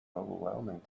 overwhelming